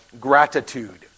gratitude